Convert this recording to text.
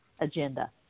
agenda